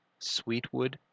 Sweetwood